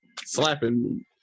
Slapping